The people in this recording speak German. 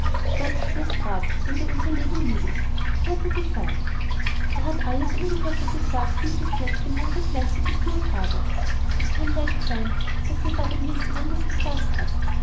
schweigst wie das grab wenn dir unser leben lieb ist so hat er gesagt er hat alles ungefähr so gesagt wie ich es jetzt dem herrn rittmeister diktiert habe es kann leicht sein daß er es auch ein wenig anders gesagt hat